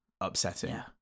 upsetting